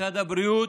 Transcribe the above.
משרד הבריאות,